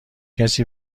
کسی